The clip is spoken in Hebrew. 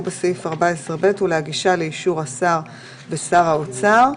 בסעיף 14(ב) ולהגישה לאישור השר ושר האוצר."